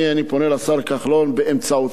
אני פונה לשר כחלון באמצעותך,